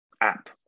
app